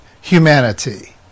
humanity